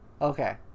Okay